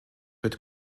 wird